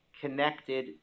connected